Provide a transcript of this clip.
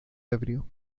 ebrio